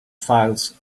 files